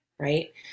right